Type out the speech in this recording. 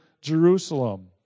Jerusalem